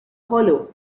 hollow